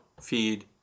feed